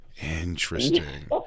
interesting